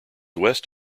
west